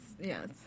yes